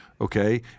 Okay